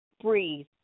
breathe